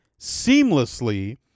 seamlessly